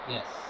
Yes